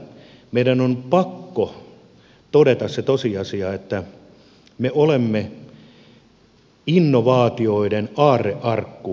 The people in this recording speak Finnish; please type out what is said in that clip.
meidän on pakko todeta se tosiasia että me olemme innovaatioiden aarrearkku eu alueella